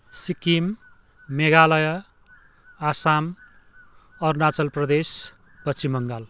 Sikkim Meghalaya Assam Arunachal Pradesh Paschim Bengal